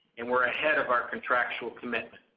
and we're ahead of our contractual commitment.